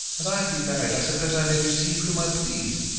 as i have been married, i suppose i may receive whom i please.